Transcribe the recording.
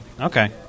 Okay